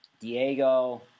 Diego